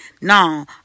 now